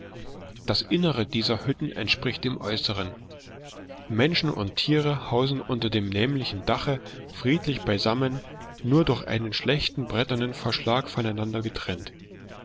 das innere dieser hütten entspricht dem äußeren menschen und tiere hausen unter dem nämlichen dache friedlich beisammen nur durch einen schlechten bretternen verschlag voneinander getrennt